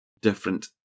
different